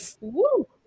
woo